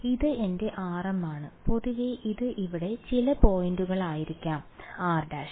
അതിനാൽ ഇത് എന്റെ rm ആണ് പൊതുവെ ഇത് ഇവിടെ ചില പോയിന്റുകളായിരിക്കാം r′